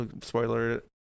Spoiler